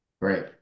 Great